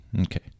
Okay